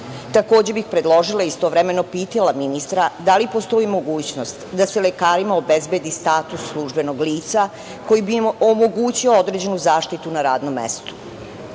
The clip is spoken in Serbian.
Takođe bih predložila i istovremeno pitala ministra – da li postoji mogućnost da se lekarima obezbedi status službenog lica koji bi im omogućio određenu zaštitu na radnom mestu? Isto